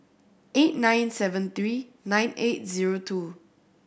eight nine seven three nine eight zero two